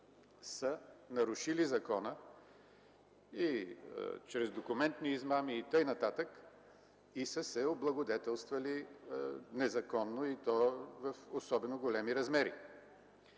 са нарушили закона – чрез документни измами и така нататък, и са се облагодетелствали незаконно, и то в особено големи размери.